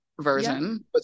version